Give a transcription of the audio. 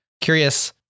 curious